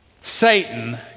Satan